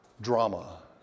drama